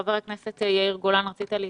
חבר הכנסת יאיר גולן, רצית להתייחס.